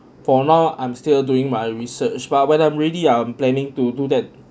for now I'm still doing my research but when I'm ready I'm planning to do that